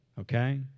okay